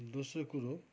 दोस्रो कुरो